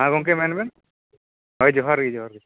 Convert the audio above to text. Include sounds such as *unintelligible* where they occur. ᱦᱟᱸ ᱜᱚᱢᱠᱮ ᱢᱮᱱᱵᱮᱱ ᱦᱚᱭ *unintelligible* ᱡᱚᱦᱟᱨ ᱜᱮ ᱡᱚᱦᱟᱨ ᱜᱮ